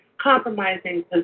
compromising